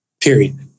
Period